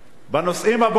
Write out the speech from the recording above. בנושאים הבוערים,